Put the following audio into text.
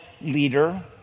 leader